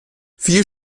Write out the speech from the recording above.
viele